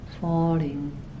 Falling